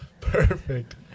Perfect